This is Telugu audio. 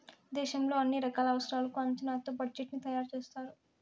దేశంలో అన్ని రకాల అవసరాలకు అంచనాతో బడ్జెట్ ని తయారు చేస్తారు